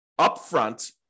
upfront